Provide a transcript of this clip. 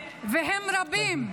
והם רבים,